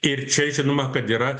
ir čia žinoma kad yra